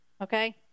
Okay